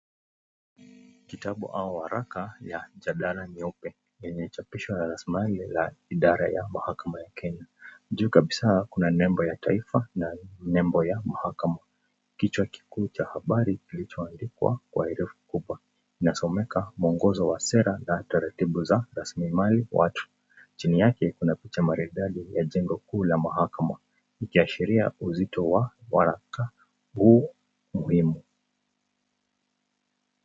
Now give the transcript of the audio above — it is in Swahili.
Kitabu au waraka ya jalada nyeupe, yenye imechapiswa na rasilimali la idara ya mahakama ya kenya . Juu kabisa kuna nembo ya taifa na nembo ya mahakama. kichwa kikuu cha habari kilicho andikwa kwa herufi kubwa inasomeka mwongozo wa sera na taratibu za raslimali watu. Chini yake kuna picha maridadi ya jengo kuu la mahakama , ikiashiria uzito wa waraka huu muhimu.